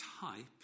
type